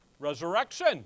resurrection